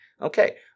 Okay